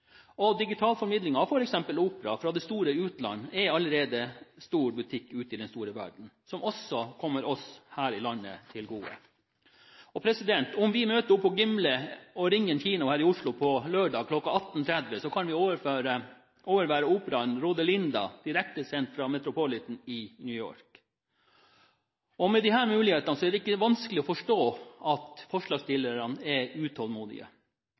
mulig. Digital formidling er her et stikkord. Digital formidling av f.eks. opera fra det store utland er allerede stor butikk ute i den store verden, som også kommer oss her i landet til gode. Om vi møter opp på Gimle eller Ringen kino her i Oslo på lørdag kl. 18.30, kan vi overvære operaen Rodelinda direktesendt fra The Metropolitan i New York. Med disse mulighetene er det ikke vanskelig å forstå at forslagsstillerne er utålmodige,